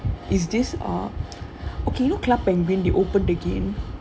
is this uh okay you know club penguin they opened again